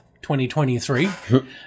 2023